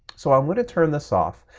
so i want to turn this off,